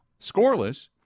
Scoreless